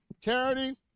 Charity